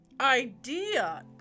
idea